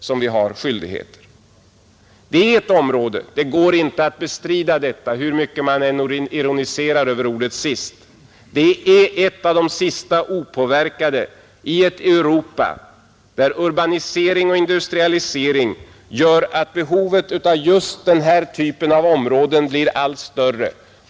Det är detta som är vår skyldighet. Hur mycket man än ironiserar över ordet ”sist” är det dock här fråga om ett av de sista opåverkade områdena i ett Europa, där urbanisering och industrialisering gör att behovet av just denna typ av område blir allt större.